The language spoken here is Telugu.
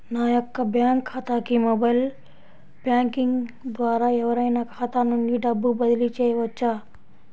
నా యొక్క బ్యాంక్ ఖాతాకి మొబైల్ బ్యాంకింగ్ ద్వారా ఎవరైనా ఖాతా నుండి డబ్బు బదిలీ చేయవచ్చా?